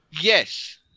Yes